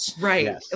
Right